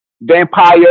vampire